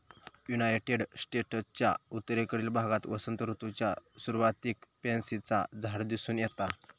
United स्टेट्सच्या उत्तरेकडील भागात वसंत ऋतूच्या सुरुवातीक पॅन्सीचा झाड दिसून येता